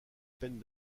peine